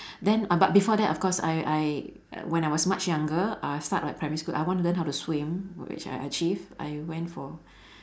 then uh but before that of course I I when I was much younger uh start like primary school I want to learn how to swim which I achieve I went for